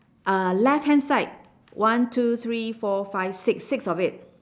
uh left hand side one two three four five six six of it